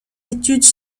études